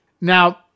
Now